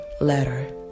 letter